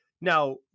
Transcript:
Now